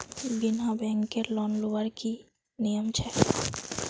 बिना बैंकेर लोन लुबार की नियम छे?